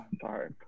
sorry